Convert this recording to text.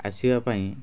ଆସିବାପାଇଁ